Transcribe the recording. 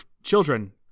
Children